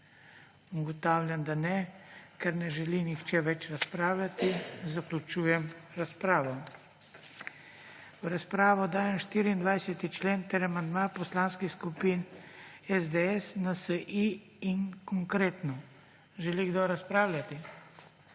V razpravo dajem 24. člen ter amandma poslanskih skupin SDS, NSi in Konkretno. Želi kdo razpravljati?